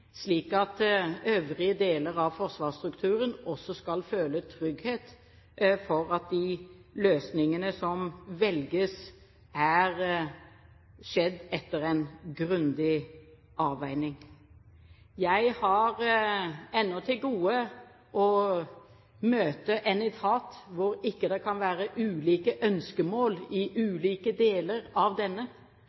slik at øvrige deler av forsvarsstrukturen også skal føle trygghet for at de løsningene som velges, er valgt etter en grundig avveining. Jeg har ennå til gode å møte en etat hvor det ikke kan være ulike ønskemål i ulike deler av denne,